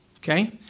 okay